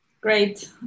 Great